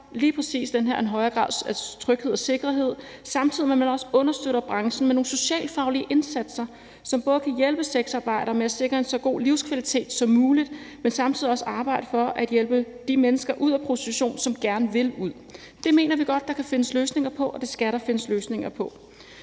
lige præcis den her højere grad af tryghed og sikkerhed, samtidig med at man også understøtter branchen med nogle socialfaglige indsatser, som både kan hjælpe sexarbejdere med at sikre dem en så god livskvalitet som muligt, men hvor man samtidig også kan arbejde for at hjælpe de mennesker, som gerne vil ud af prostitutionen, ud af den. Det mener vi godt at der kan findes løsninger på, og at der også skal findes løsninger på.